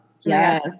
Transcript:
Yes